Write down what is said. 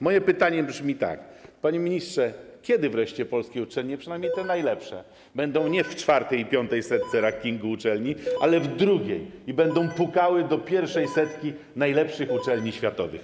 Moje pytanie brzmi tak: Panie Ministrze, kiedy wreszcie polskie uczelnie, przynajmniej te najlepsze, będą nie w czwartej i piątej setce rankingu uczelni, ale w drugiej, i będą pukały do pierwszej setki najlepszych uczelni światowych?